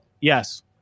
Yes